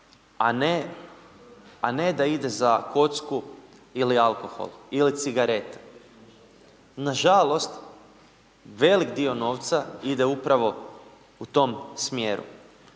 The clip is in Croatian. a ne da ide za kocku ili alkohol ili cigarete. Nažalost velik dio novca ide upravo u tom smjeru.